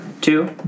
two